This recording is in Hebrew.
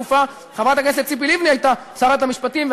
נדמה לי שבאותה תקופה חברת הכנסת ציפי לבני הייתה שרת המשפטים,